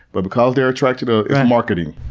but because they're attractive to, it's marketing.